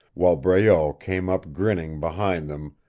while breault came up grinning behind them,